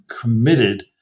committed